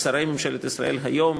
של שרי ממשלת ישראל היום,